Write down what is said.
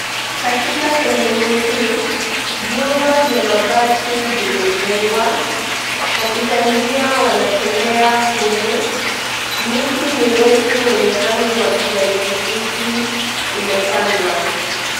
Katika sehemu hii vyumba vya mabati vimejengwa, wapita njia wanatembea humu, miti mirefu wenye rangi ya kijani kibichi imepandwa.